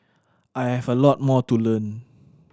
I have a lot more to learn